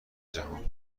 جهان